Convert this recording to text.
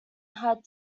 had